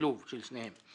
שילוב של שניהם.